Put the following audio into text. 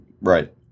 right